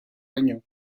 año